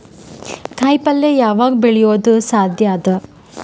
ಕಾಯಿಪಲ್ಯ ಯಾವಗ್ ಬೆಳಿಯೋದು ಸಾಧ್ಯ ಅದ?